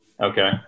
okay